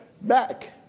back